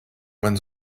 man